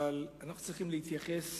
אבל אנחנו צריכים להתייחס